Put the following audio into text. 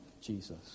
Jesus